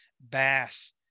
bass